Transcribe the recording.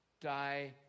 Die